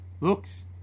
looks